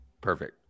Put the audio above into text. Perfect